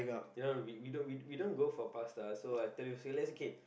you know we we don't we don't go for pasta so I tell you say let's K